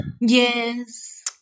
Yes